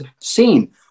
seen